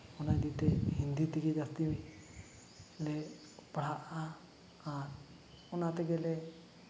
ᱚᱱᱟ ᱤᱫᱤ ᱛᱮ ᱦᱤᱱᱫᱤ ᱛᱮᱜᱮ ᱡᱟᱹᱥᱛᱤ ᱞᱮ ᱯᱟᱲᱦᱟᱜᱼᱟ ᱟᱨ ᱚᱱᱟ ᱛᱮᱜᱮᱞᱮ